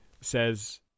says